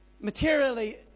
materially